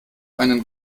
einen